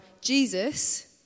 Jesus